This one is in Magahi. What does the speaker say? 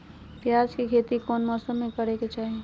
प्याज के खेती कौन मौसम में करे के चाही?